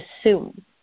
assume